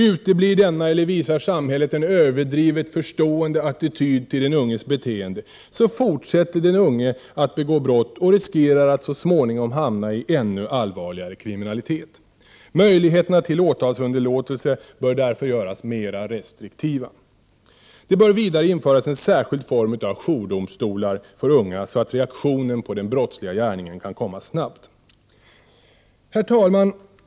Uteblir denna, eller visar samhället en överdrivet förstående attityd till den unges beteende, fortsätter den unge att begå brott och riskerar att så småningom hamna i ännu allvarligare kriminalitet. Möjligheterna till åtalsunderlåtelse bör därför göras mer restriktiva. Det bör vidare införas en särskild form av jourdomstolar för unga, så att reaktionen på den brottsliga gärningen kan komma snabbt. Herr talman!